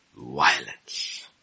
violence